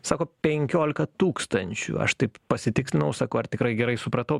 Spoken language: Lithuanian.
sako penkiolika tūkstančių aš taip pasitikslinau sakau ar tikrai gerai supratau